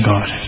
God